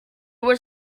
was